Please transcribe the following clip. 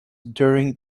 during